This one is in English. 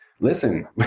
listen